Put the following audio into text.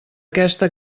aquesta